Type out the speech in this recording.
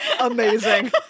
amazing